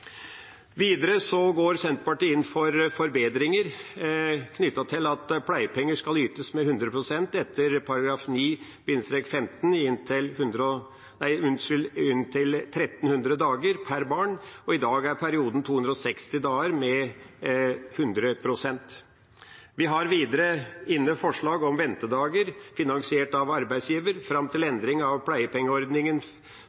Videre går Senterpartiet inn for forbedringer knyttet til at pleiepenger skal ytes med 100 pst. etter § 9-15 i inntil 1 300 dager per barn. I dag er perioden 260 dager med 100 pst. Vi har videre inne forslag om ventedager finansiert av arbeidsgiver. Fram til